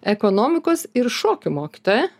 ekonomikos ir šokių mokytoja